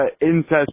incest